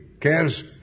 cares